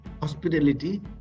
hospitality